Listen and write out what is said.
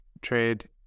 trade